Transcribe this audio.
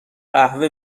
قهوه